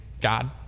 God